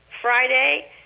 Friday